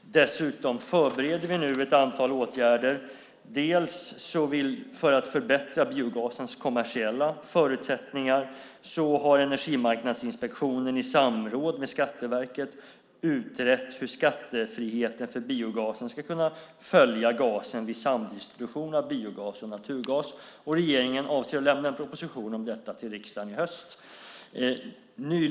Dessutom förbereder vi nu ett antal åtgärder. För att förbättra biogasens kommersiella förutsättningar har Energimarknadsinspektionen i samråd med Skatteverket utrett hur skattefriheten för biogasen ska kunna följa gasen vid samdistribution av biogas och naturgas. Regeringen avser att lämna proposition om detta till riksdagen i höst.